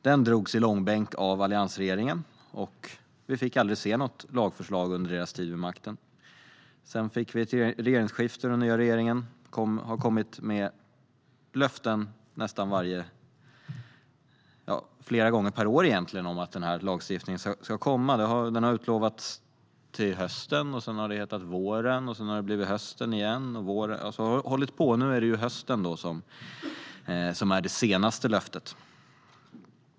Den drogs dock i långbänk av alliansregeringen, och vi fick aldrig se något lagförslag under deras tid vid makten. Sedan fick vi ett regeringsskifte, och den nya regeringen har kommit med löften flera gånger per år om att den här lagstiftningen ska komma. Den har utlovats till hösten, sedan har det hetat våren, så har det blivit hösten igen, och så har det hållit på. Det senaste löftet är att den kommer till hösten.